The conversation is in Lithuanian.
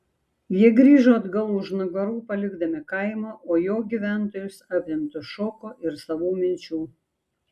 jie grįžo atgal už nugarų palikdami kaimą o jo gyventojus apimtus šoko ir savų minčių